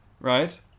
Right